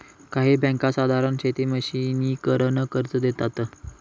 काही बँका साधारण शेती मशिनीकरन कर्ज देतात